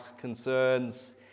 concerns